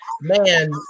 man